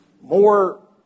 more